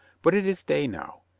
but it is day now.